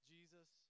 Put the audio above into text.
Jesus